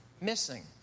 missing